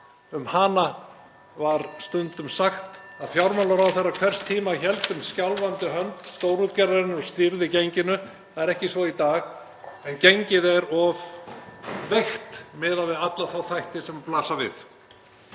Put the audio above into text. Um hana var stundum sagt að fjármálaráðherra hvers tíma héldi um skjálfandi hönd stórútgerðarinnar og stýrði genginu. (Forseti hringir.) Það er ekki svo í dag en gengið er of veikt miðað við alla þá þætti sem blasa við.